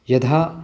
यदा